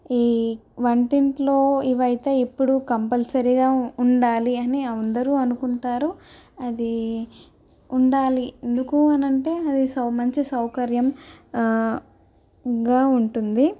ఈ వంటింట్లో ఇవైతే ఇప్పుడు కంపల్సరిగా ఉండాలి అని అందరూ అనుకుంటారు అది ఉండాలి ఎందుకు అనంటే అది సౌ మంచి సౌకర్యం గా ఉంటుంది